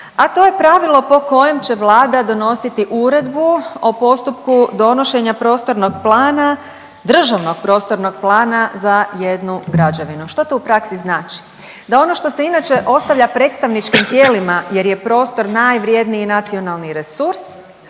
a to je pravilo po kojem će Vlada donositi uredbu o postupku donošenja prostornog plana, državnog prostornog plana za jednu građevinu. Što to u praksi znači? Da ono što se inače ostavlja predstavničkim tijelima jer je prostor najvrjedniji nacionalni resurs